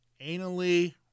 anally